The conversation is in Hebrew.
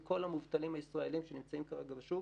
מכל המובטלים הישראלים שנמצאים כרגע בשוק,